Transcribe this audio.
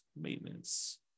Maintenance